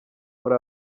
muri